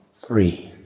three,